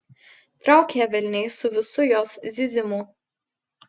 trauk ją velniai su visu jos zyzimu